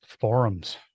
forums